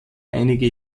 einige